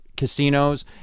Casinos